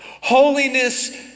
Holiness